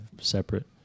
separate